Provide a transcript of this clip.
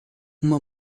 uma